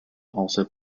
also